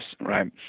right